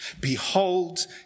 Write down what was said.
behold